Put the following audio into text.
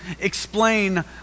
explain